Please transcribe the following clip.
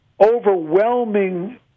overwhelming